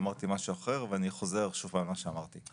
אמרתי משהו אחר, ואני חוזר שוב על מה שאמרתי.